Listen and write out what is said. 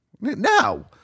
No